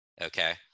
okay